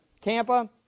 Tampa